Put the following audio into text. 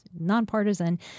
nonpartisan